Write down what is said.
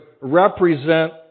represent